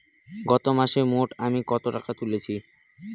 গত মাসে মোট আমি কত টাকা তুলেছি?